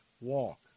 walk